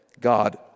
God